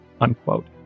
unquote